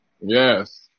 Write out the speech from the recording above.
Yes